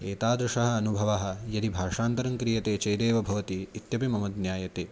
एतादृशाः अनुभवाः यदि भाषान्तरं क्रियते चेदेव भवति इत्यपि मम ज्ञायते